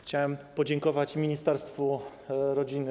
Chciałbym podziękować ministerstwu rodziny.